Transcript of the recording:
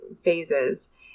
phases